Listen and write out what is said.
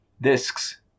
discs